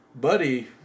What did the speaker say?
Buddy